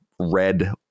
red